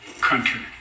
country